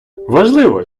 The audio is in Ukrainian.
важливо